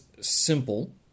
simple